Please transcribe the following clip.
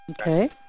Okay